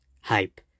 hype